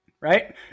Right